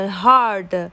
hard